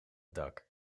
dak